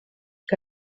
que